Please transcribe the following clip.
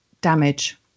damage